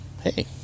hey